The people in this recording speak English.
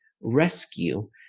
Rescue